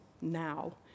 now